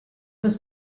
was